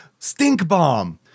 Stinkbomb